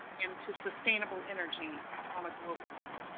and to sustainable energy on a global one.